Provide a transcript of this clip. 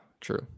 true